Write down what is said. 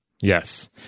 Yes